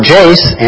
Jace